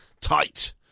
tight